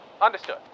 Understood